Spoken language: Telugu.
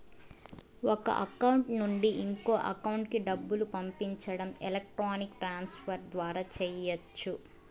ఒక అకౌంట్ నుండి ఇంకో అకౌంట్ కి డబ్బులు పంపించడం ఎలక్ట్రానిక్ ట్రాన్స్ ఫర్ ద్వారా చెయ్యచ్చు